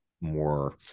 more